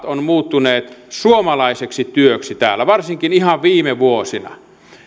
ovat muuttuneet suomalaiseksi työksi täällä varsinkin ihan viime vuosina